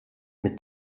mit